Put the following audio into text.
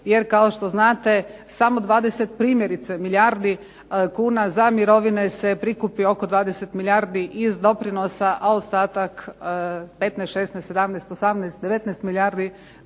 jer kao što znate samo 20 primjerice milijardi kuna za mirovine se prikupi oko 20 milijardi iz doprinosa, a ostatak 15, 16, 17, 18, 19 milijardi